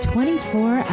24